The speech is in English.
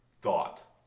thought